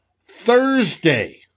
Thursday